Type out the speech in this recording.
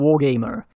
wargamer